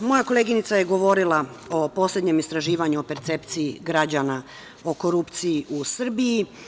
Moja koleginica je govorila o poslednjem istraživanju o percepciji građana o korupciji u Srbiji.